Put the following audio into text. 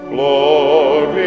Glory